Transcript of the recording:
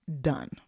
Done